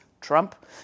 Trump